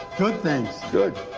good, thanks. good.